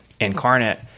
incarnate